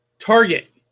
Target